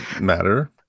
matter